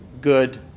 good